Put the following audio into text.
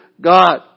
God